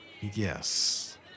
Yes